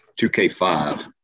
2K5